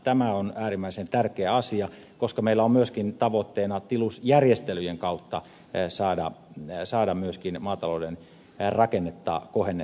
tämä on äärimmäisen tärkeä asia koska meillä on myöskin tavoitteena tilusjärjestelyjen kautta saada maatalouden rakennetta kohennettua